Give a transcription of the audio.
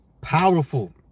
Powerful